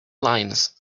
limes